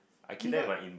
we got